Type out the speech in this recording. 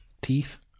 Teeth